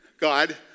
God